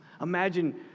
imagine